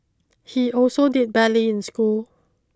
he also did badly in school